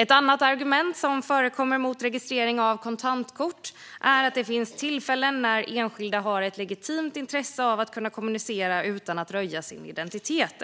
Ett annat argument som förekommer mot registrering av kontantkort är att det finns tillfällen när enskilda har ett legitimt intresse av att kunna kommunicera utan att röja sin identitet.